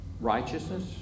righteousness